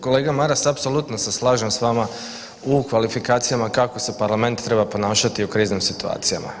Kolega Maras, apsolutno se slažem s vama u kvalifikacijama kako se parlament treba ponašati u kriznim situacijama.